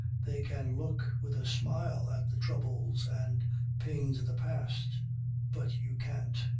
they can look with a smile at the troubles and pains of the past but you can't.